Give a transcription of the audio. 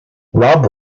rob